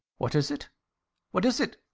what is it what is it?